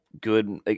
good